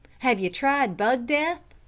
have you tried bug death?